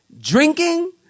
drinking